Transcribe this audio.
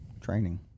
training